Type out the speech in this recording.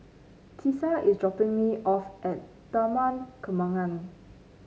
Tisa is dropping me off at Taman Kembangan